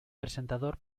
presentador